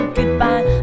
goodbye